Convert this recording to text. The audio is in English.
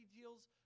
deals